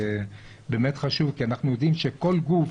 זה באמת חשוב כי אנחנו יודעים שכל גוף,